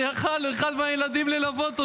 יכול היה אחד מהילדים ללוות אותו.